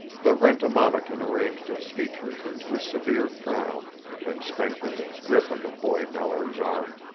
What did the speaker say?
the rent-a-mammakin arranged its features into a severe frown and strengthened its grip on the boy mallory's arm.